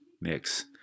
mix